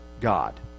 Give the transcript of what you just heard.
God